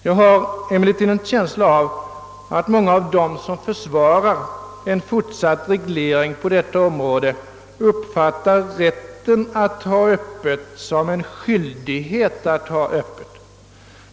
Jag har emellertid en känsla av att många av dem som försvarar en fortsatt reglering på detta område uppfattar rätten att ha öppet som en skyldighet att ha det.